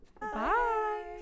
Bye